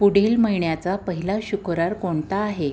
पुढील महिन्याचा पहिला शुक्रवार कोणता आहे